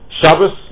Shabbos